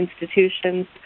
institutions